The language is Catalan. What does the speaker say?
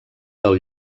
del